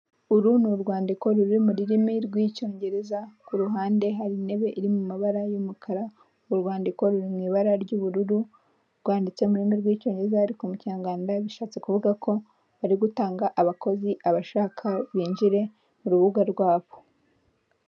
Kuri iyi shusho ya gatatu ndabona ibinyabiziga by'abashinzwe umutekano wo mu Rwanda, ikinyabiziga kimwe gifite ikarita y'ikirango k'ibinyabiziga, gifite inyuguti ra na pa nomero magana abiri na makumyabiri na kane na.